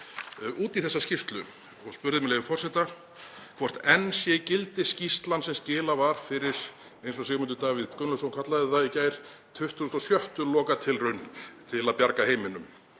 út í þessa skýrslu og spurði, með leyfi forseta, „hvort enn sé í gildi skýrslan sem skilað var fyrir“, eins og Sigmundur Davíð Gunnlaugsson kallaði það í gær, „26. lokatilraunina til að bjarga heiminum“.